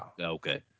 Okay